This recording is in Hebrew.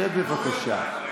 שב, בבקשה.